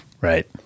Right